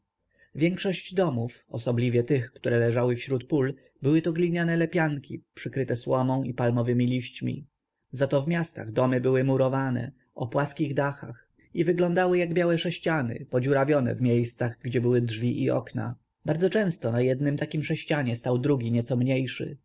większość domów osobliwie tych które leżały wśród pól były to gliniane lepianki przykryte słomą i palmowemi liśćmi zato w miastach domy były murowane o płaskich dachach i wyglądały jak białe sześciany podziurawione w miejscach gdzie były drzwi i okna bardzo często na jednym takim sześcianie stał drugi nieco mniejszy